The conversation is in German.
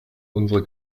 unsere